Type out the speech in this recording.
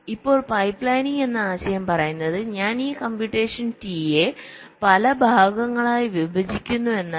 ഇപ്പോൾ പൈപ്പ്ലൈനിംഗ് എന്ന ആശയം പറയുന്നത് ഞാൻ ഈ കമ്പ്യൂട്ടേഷൻ T യെ പല ഭാഗങ്ങളായി വിഭജിക്കുന്നു എന്നാണ്